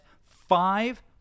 five